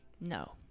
No